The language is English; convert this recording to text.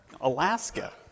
Alaska